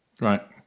right